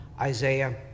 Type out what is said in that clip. Isaiah